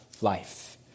life